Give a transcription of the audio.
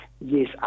Yes